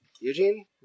Eugene